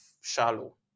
shallow